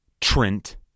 Trent